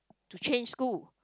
to change school